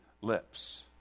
lips